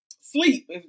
sleep